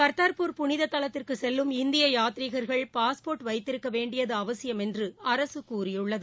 கர்தா்பூர் புனிதத் தலத்திற்கு செல்லும் இந்திய யாத்ரீகர்கள் பாஸ்போர்ட் வைத்திருக்க வேண்டியது அவசியம் என்று அரசு கூறியுள்ளது